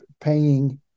paying